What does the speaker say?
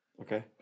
Okay